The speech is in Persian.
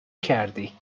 کردی